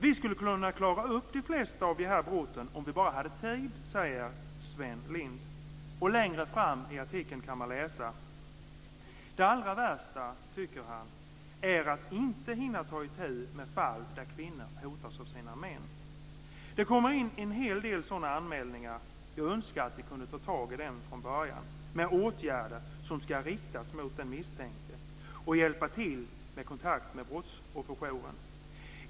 Vi skulle kunna klara upp de flesta av de här brotten om vi bara hade tid, säger Sven Lindh." Längre fram i artikeln kan man läsa: "Det allra värsta, tycker han, är att inte hinna ta itu med fall där kvinnor hotas av sina män. - Det kommer in en hel del sådana anmälningar. Jag önskar att vi kunde ta tag i dem från början, med åtgärder som ska riktas mot den misstänkte och hjälpa till med kontakt med brottsofferjouren.